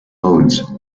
modes